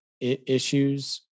issues